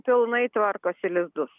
pilnai tvarkosi lizdus